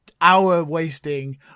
hour-wasting